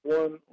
one